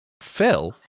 phil